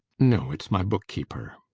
no, it's my book-keeper.